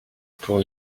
pour